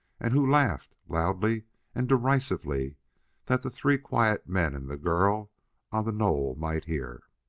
and who laughed, loudly and derisively that the three quiet men and the girl on the knoll might hear.